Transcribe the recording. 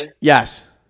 Yes